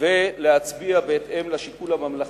ולהצביע בהתאם לשיקול הממלכתי.